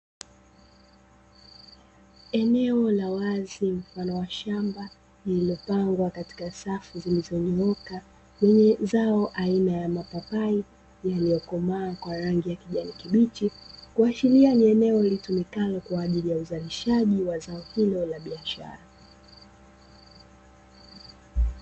Eneo la wazi mfano wa shamba, lililopangwa katika safu zilizonyooka. Lenye zao aina ya mapapai yaliyokomaa kwa rangi ya kijana kibichi. Kuashiria ni eneo litumikalo kwa ajili ya zao hilo la biashara.